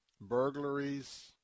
burglaries